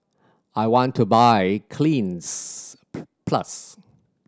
I want to buy Cleanz plus